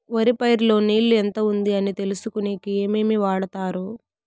వరి పైరు లో నీళ్లు ఎంత ఉంది అని తెలుసుకునేకి ఏమేమి వాడతారు?